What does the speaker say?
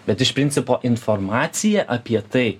bet iš principo informacija apie tai